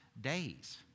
days